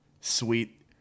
sweet